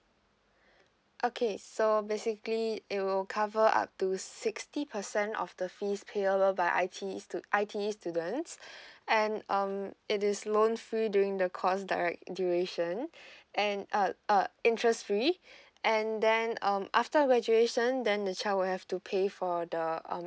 okay so basically it will cover up to sixty percent of the fees payable by I_T_E students and um it is loan free during the course direct duration and uh uh interest free and then um after graduation then the child will have to pay for the um